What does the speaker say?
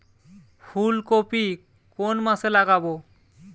ফুলকপি কোন মাসে লাগাবো?